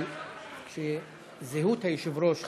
אבל זהות היושב-ראש חשובה.